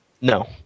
No